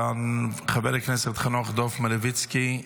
חבר הכנסת חנוך דב מלביצקי,